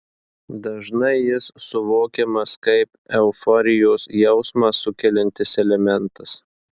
dažnai jis suvokiamas kaip euforijos jausmą sukeliantis elementas